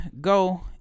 go